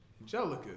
Angelica